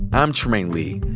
i'm trymaine lee.